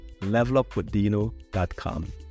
Levelupwithdino.com